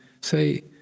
say